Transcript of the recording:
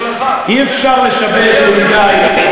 ידידי,